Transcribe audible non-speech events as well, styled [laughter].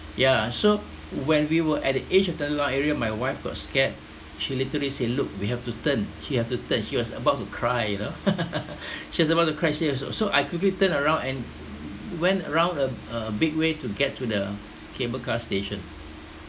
yeah so when we were at the edge of the tenderloin area my wife got scared she literally say look we have to turn she have to turn she was about to cry you know [laughs] she was about to cry she was so so I quickly turned around and went around a a big way to get to the cable car station